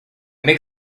make